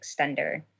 extender